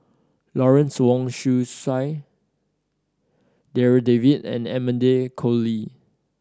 Lawrence Wong Shyun Tsai Darryl David and Amanda Koe Lee